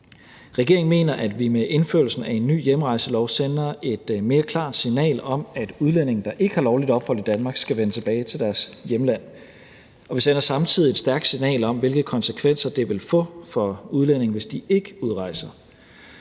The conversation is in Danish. Regeringen mener, at vi med indførelsen af en ny hjemrejselov sender et mere klart signal om, at udlændinge, der ikke har lovligt ophold i Danmark, skal vende tilbage til deres hjemland, og vi sender samtidig et stærkt signal om, hvilke konsekvenser det vil få for udlændinge, hvis de ikke udrejser.